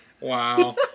Wow